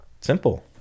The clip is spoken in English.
simple